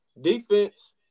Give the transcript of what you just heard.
Defense